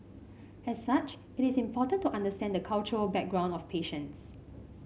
as such it is important to understand the cultural background of patients